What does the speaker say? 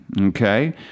okay